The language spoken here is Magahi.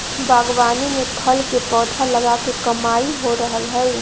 बागवानी में फल के पौधा लगा के कमाई हो रहल हई